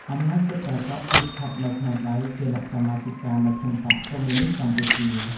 អំណាចពិតប្រាកដគឺស្ថិតនៅក្នុងដៃ «គណៈកម្មាធិការមជ្ឈិមបក្សកុម្មុយនីស្តកម្ពុជា»។